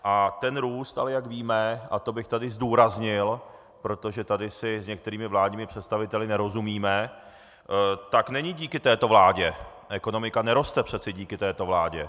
A ten růst ale, jak víme, a to bych tady zdůraznil, protože tady si s některými vládními představiteli nerozumíme, tak není díky této vládě, ekonomika neroste přece díky této vládě.